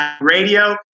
radio